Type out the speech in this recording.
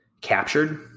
captured